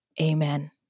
Amen